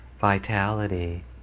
vitality